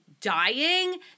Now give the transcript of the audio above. dying